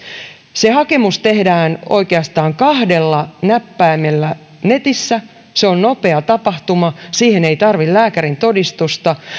se hakemus tehdään oikeastaan kahdella näppäimellä netissä se on nopea tapahtuma siihen ei tarvitse lääkärintodistusta